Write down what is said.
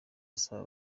asaba